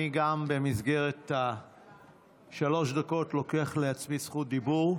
גם אני במסגרת שלוש הדקות לוקח לעצמי זכות דיבור.